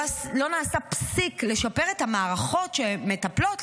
לא נעשה פסיק לשפר את המערכות שמטפלות.